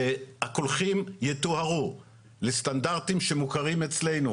ומי הקולחים יטוהרו לסטנדרטים שמוכרים אצלנו,